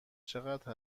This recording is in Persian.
چقدر